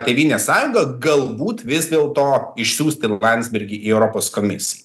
tėvynės sąjunga galbūt vis dėlto išsiųsti landsbergį į europos komisiją